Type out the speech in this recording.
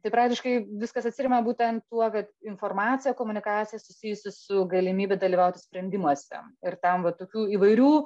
tai praktiškai viskas atsiremia būtent tuo kad informacija komunikacija susijusi su galimybe dalyvauti sprendimuose ir tam va tokių įvairių